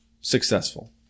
successful